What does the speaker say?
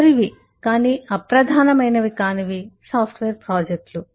చివరివి కానీ అప్రధానమైనవి కానివి సాఫ్ట్వేర్ ప్రాజెక్టులు